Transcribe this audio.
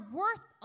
worth